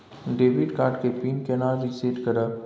Debit card के PIN केना reset करब?